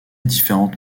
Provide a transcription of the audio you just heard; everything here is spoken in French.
différentes